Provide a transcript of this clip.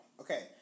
Okay